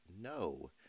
no